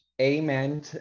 Amen